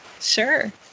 Sure